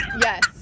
Yes